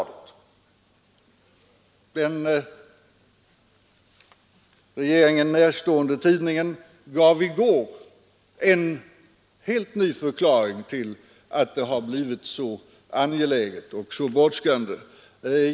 Den regeringen närstående tidningen Aftonbladet gav i går en helt ny förklaring till att denna lagstiftning har blivit så angelägen och brådskande.